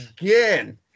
again